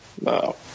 no